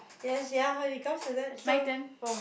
yes ya how it comes to that so oh